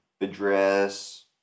address